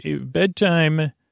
bedtime